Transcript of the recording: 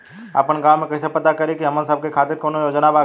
आपन गाँव म कइसे पता करि की हमन सब के खातिर कौनो योजना बा का?